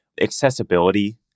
Accessibility